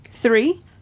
Three